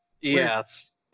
yes